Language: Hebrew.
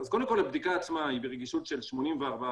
קודם כל הבדיקה עצמה היא ברגישות של 84%,